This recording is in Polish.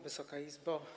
Wysoka Izbo!